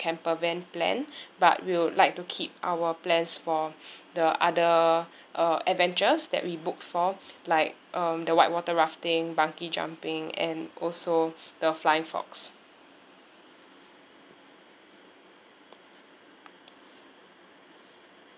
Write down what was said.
camper van plan but we would like to keep our plans for the other uh adventures that we booked for like uh the white water rafting bungee jumping and also the flying fox